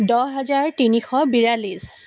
দহ হাজাৰ তিনিশ বিৰাল্লিছ